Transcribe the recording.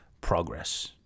progress